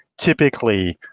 typically,